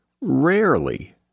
rarely